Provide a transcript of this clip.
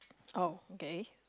oh okay